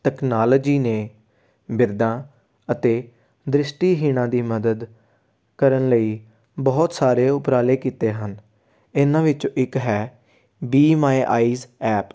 technology ਨੇ ਬਿਰਧਾਂ ਅਤੇ ਦ੍ਰਿਸ਼ਟੀਹੀਣਾਂ ਦੀ ਮਦਦ ਕਰਨ ਲਈ ਬਹੁਤ ਸਾਰੇ ਉਪਰਾਲੇ ਕੀਤੇ ਹਨ ਇਹਨਾਂ ਵਿੱਚੋਂ ਇੱਕ ਹੈ ਬੀ ਮਾਈ ਆਈਜ ਐਪ